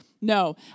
No